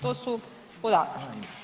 To su podaci.